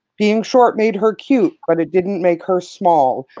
being short made her cute, but it didn't make her small.